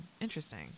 Interesting